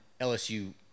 LSU